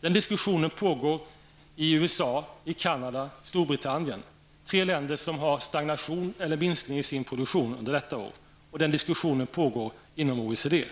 Den diskussionen pågår i USA, Canada och Storbritannien -- tre länder som har stagnation eller minskning i sin produktion under detta år. Den diskussionen pågår också inom OECD.